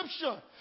scripture